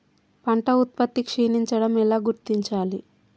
పంట ఉత్పత్తి క్షీణించడం ఎలా గుర్తించాలి?